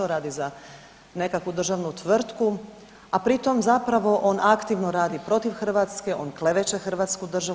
Radi za nekakvu državnu tvrtku, a pritom zapravo on aktivno radi protiv Hrvatske, on kleveće Hrvatsku državu.